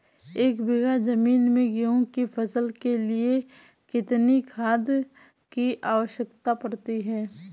एक बीघा ज़मीन में गेहूँ की फसल के लिए कितनी खाद की आवश्यकता पड़ती है?